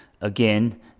again